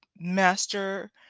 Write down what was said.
Master